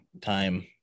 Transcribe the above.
time